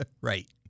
Right